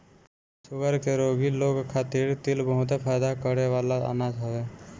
sugar के रोगी लोग खातिर तिल बहुते फायदा करेवाला अनाज हवे